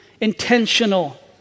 intentional